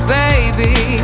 baby